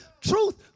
truth